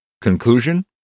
Conclusion